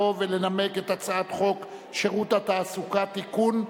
ולנמק את הצעת חוק שירות התעסוקה (תיקון,